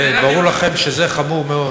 ברור לכם שזה חמור מאוד.